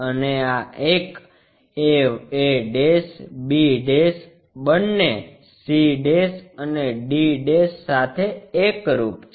અને આ એક a b બંને c અને d સાથે એકરૂપ છે